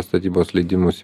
statybos leidimus